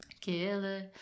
Killer